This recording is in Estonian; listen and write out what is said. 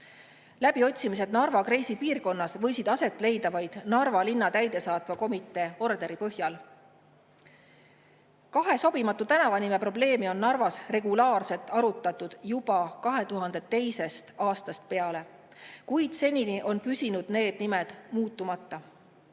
Läbiotsimised Narva kreisi piirkonnas võisid aset leida vaid Narva linna täidesaatva komitee orderi põhjal. Kahe sobimatu tänavanime probleemi on Narvas regulaarselt arutatud juba 2002. aastast peale, kuid senini on püsinud need nimed muutmata.